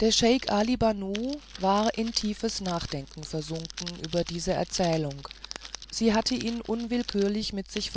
der scheik ali banu war in tiefes nachdenken versunken über diese erzählung sie hatte ihn unwillkürlich mit sich